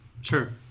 sure